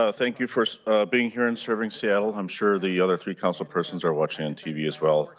ah thank you for being here and serving seattle, i'm sure the other three counsel persons are watching on tv as well.